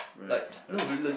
right right